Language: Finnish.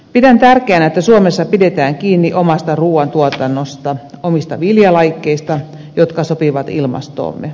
pidän tärkeänä että suomessa pidetään kiinni omasta ruuantuotannosta omista viljalajikkeista jotka sopivat ilmastoomme